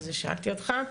בגלל זה שאלתי אותך.